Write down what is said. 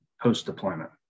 post-deployment